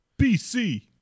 BC